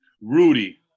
Rudy